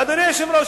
ואדוני היושב-ראש,